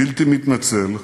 מתעלם